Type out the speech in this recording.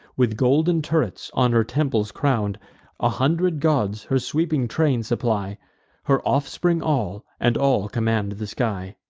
with golden turrets on her temples crown'd a hundred gods her sweeping train supply her offspring all, and all command the sky.